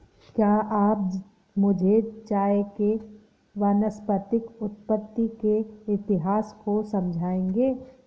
क्या आप मुझे चाय के वानस्पतिक उत्पत्ति के इतिहास को समझाएंगे?